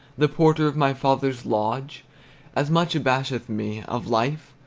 the porter of my father's lodge as much abasheth me. of life?